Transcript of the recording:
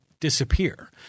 disappear